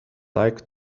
like